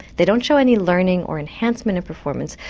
they don't show any learning or enhancement of performance,